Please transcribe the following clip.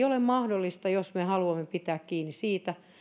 ole mahdollista jos me haluamme pitää kiinni siitä